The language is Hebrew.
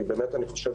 אני באמת חושב